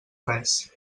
res